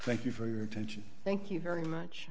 thank you for your attention thank you very much